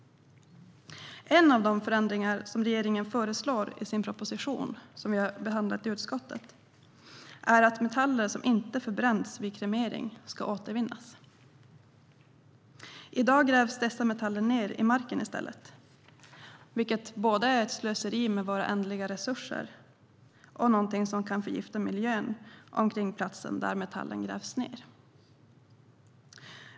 En av de förändringar som regeringen föreslår i sin proposition, som vi har behandlat i utskottet, är att metaller som inte förbränns vid kremering ska återvinnas. I dag grävs dessa metaller i stället ned i marken vilket både är ett slöseri med våra ändliga resurser och någonting som kan förgifta miljön omkring platsen där metallen grävs ned.